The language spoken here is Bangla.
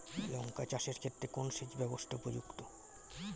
লঙ্কা চাষের ক্ষেত্রে কোন সেচব্যবস্থা উপযুক্ত?